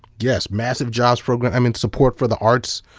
yes, massive jobs programs, support for the arts.